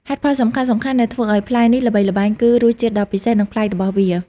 ហេតុផលសំខាន់ៗដែលធ្វើឲ្យផ្លែនេះល្បីល្បាញគឺ រសជាតិដ៏ពិសេស និងប្លែក របស់វា។